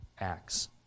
acts